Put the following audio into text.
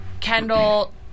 Kendall